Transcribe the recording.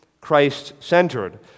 Christ-centered